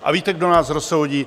A víte, kdo nás rozsoudí?